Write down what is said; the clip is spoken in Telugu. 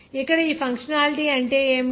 ఇక్కడ ఈ ఫంక్షనాలిటీ అంటే ఏమిటి